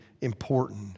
important